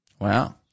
Wow